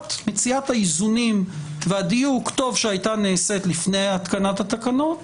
וחובת מציאת האיזונים והדיוק טוב שהייתה נעשית לפני התקנת התקנות.